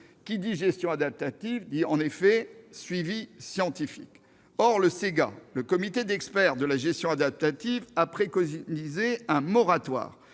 qui dit gestion adaptative dit suivi scientifique. Le CEGA, le Comité d'experts sur la gestion adaptative, a préconisé un moratoire